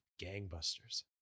gangbusters